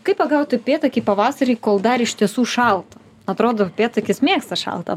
kaip pagaut upėtakį pavasarį kol dar iš tiesų šalta atrodo upėtakis mėgsta šaltą